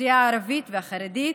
האוכלוסייה הערבית והחרדית,